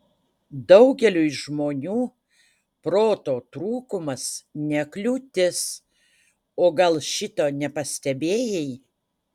daugeliui žmonių proto trūkumas ne kliūtis o gal šito nepastebėjai